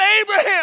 Abraham